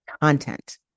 content